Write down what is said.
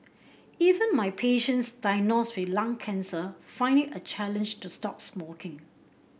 even my patients diagnosed with lung cancer find it a challenge to stop smoking